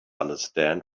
understand